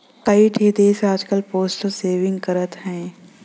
कई ठे देस आजकल पोस्टल सेविंग करत हौ